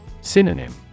Synonym